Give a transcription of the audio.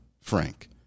Frank